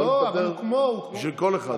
הוא מתפטר בשביל כל אחד.